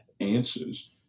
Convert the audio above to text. answers